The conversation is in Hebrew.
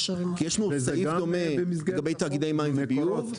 כי יש לנו סעיף דומה לגבי תאגידי מים וביוב.